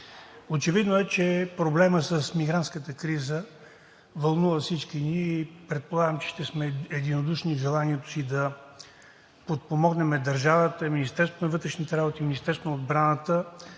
Очевидно е, че проблемът с мигрантската криза вълнува всички ни и, предполагам, че ще сме единодушни в желанието си да подпомогнем държавата, Министерството на вътрешните работи, Министерството на отбраната